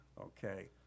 okay